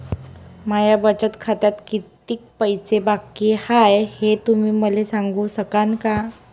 माया बचत खात्यात कितीक पैसे बाकी हाय, हे तुम्ही मले सांगू सकानं का?